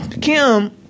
Kim